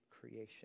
creation